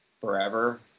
forever